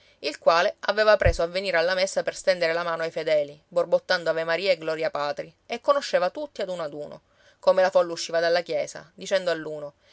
il quale aveva preso a venire alla messa per stendere la mano ai fedeli borbottando avemarie e gloriapatri e conosceva tutti ad uno ad uno come la folla usciva dalla chiesa dicendo